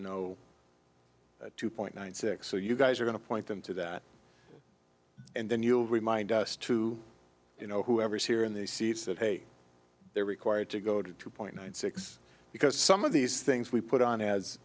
know two point one six so you guys are going to point them to that and then you'll remind us to you know whoever's here in these seats that hey they're required to go to two point nine six because some of these things we put on as